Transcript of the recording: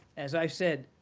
as i've said,